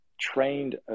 trained